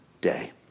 day